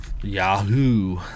Yahoo